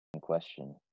Question